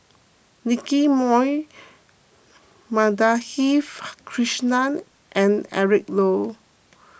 Nicky Moey Madhavi Krishnan and Eric Low